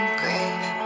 grave